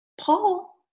Paul